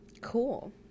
Cool